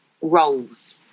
roles